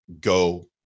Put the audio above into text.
go